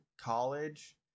college